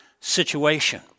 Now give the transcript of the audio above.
situation